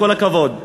כל הכבוד,